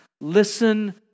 Listen